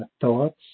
thoughts